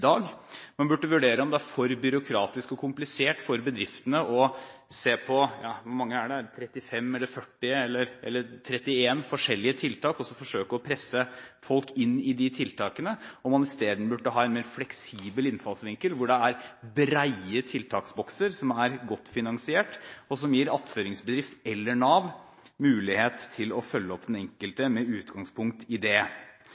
man henter inn vurdere om tiltak som skal bidra til formidling, burde betales bedre, honoreres bedre enn i dag vurdere om det er for byråkratisk og komplisert for bedriftene å se på 35, 40 eller 31 forskjellige tiltak som man skal forsøke å presse folk inn i, og om man i stedet burde ha en mer fleksibel innfallsvinkel med brede tiltaksbokser som er godt finansiert, og som gir attføringsbedrift eller Nav mulighet til å følge opp den